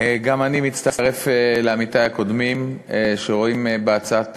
גם אני מצטרף לעמיתי הקודמים שרואים בהצעת